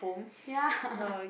ya